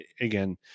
again